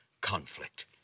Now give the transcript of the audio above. conflict